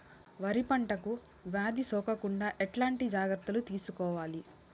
వరి పంటకు వ్యాధి సోకకుండా ఎట్లాంటి జాగ్రత్తలు తీసుకోవాలి?